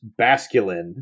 Basculin